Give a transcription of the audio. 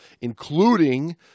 including